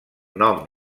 nom